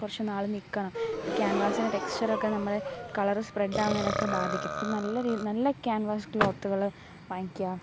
കുറച്ച് നാൾ നിൽക്കണം ക്യാൻവാസിൻ്റെ ടെക്സ്റ്ററൊക്കെ നമ്മൾ കളർ സ്പ്രെഡാവുന്നതിനൊക്കെ ബാധിക്കും നല്ല രീതി നല്ല ക്യാൻവാസ് ക്ലോത്തുകൾ വാങ്ങിക്കുക